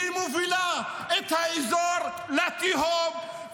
היא מובילה את האזור לתהום,